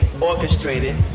orchestrated